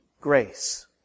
grace